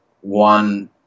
one